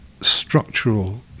structural